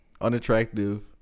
Unattractive